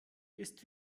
ist